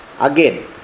again